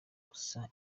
gusa